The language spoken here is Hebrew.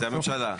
זה הממשלה.